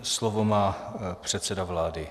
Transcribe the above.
Slovo má předseda vlády.